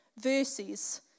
versus